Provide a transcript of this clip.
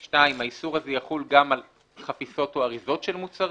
2. האיסור הזה יחול גם על חפיסות או אריזות של מוצרים.